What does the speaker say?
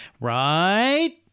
right